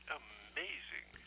amazing